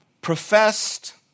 professed